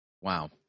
Wow